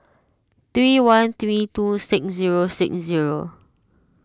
three one three two six zero six zero